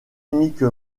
unique